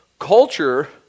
Culture